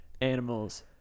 animals